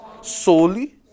solely